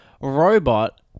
robot